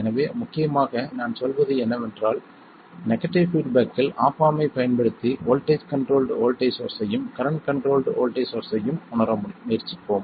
எனவே முக்கியமாக நான் சொல்வது என்னவென்றால் நெகடிவ் பீட்பேக்கில் ஆப் ஆம்ப் ஐப் பயன்படுத்தி வோல்ட்டேஜ் கண்ட்ரோல்ட் வோல்ட்டேஜ் சோர்ஸ்ஸையும் கரண்ட் கண்ட்ரோல்ட் வோல்ட்டேஜ் சோர்ஸ்ஸையும் உணர முயற்சிப்போம்